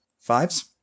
fives